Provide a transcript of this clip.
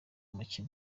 mukino